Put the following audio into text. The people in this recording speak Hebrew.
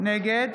נגד